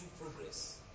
progress